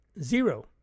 zero